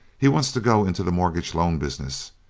he wants to go into the mortgage-loan business,